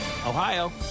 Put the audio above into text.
Ohio